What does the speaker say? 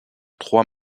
trois